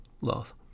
love